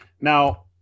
now